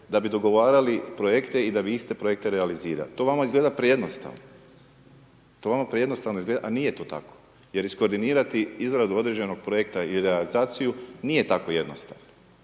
da bi dogovarali projekte i da bi iste projekte realizirali. To vama izgleda prejednostavno, to vama prejednostavno izgleda, a nije to tako, jer iskoordinirati izradu određenog projekta i realizaciju nije tako jednostavno.